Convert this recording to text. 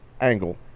angle